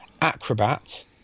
Acrobat